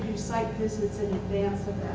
site visits in advance